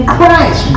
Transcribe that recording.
Christ